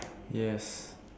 yes